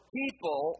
people